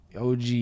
OG